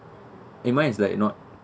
eh mine is like not